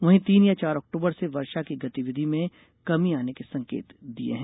वहीं तीन या चार अक्टूबर से वर्षा की गतिविधियों में कमी आने के संकेत दिए हैं